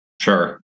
Sure